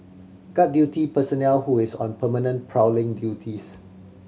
guard duty personnel who is on permanent prowling duties